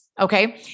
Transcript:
okay